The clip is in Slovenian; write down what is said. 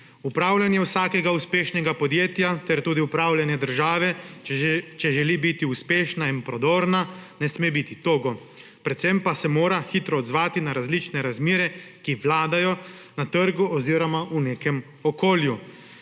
Upravljanje vsakega uspešnega podjetja ter tudi upravljanje države, če želi biti uspešna in prodorna, ne sme biti togo, predvsem pa se mora hitro odzvati na različne razmere, ki vladajo na trgu oziroma v nekem okolju.